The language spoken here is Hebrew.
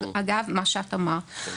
בנוסף,